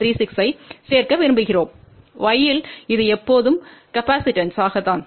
36 ஐ சேர்க்க விரும்புகிறோம் y இல் இது எப்போதும் காப்பாசிட்டன்ஸ்தான்